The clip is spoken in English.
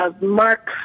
Mark